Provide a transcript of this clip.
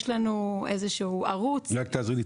יש לנו איזה שהוא ערוץ רק תעזרי לי,